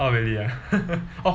oh really ah